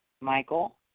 Michael